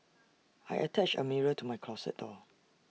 I attached A mirror to my closet door